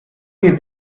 mir